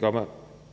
gøre